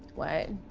what